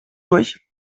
durch